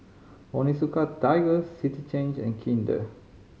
Onitsuka Tiger City Chain and Kinder